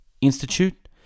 Institute